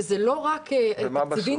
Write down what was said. שזה לא רק תקציבים,